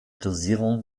dosierung